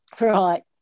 right